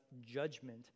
judgment